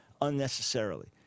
unnecessarily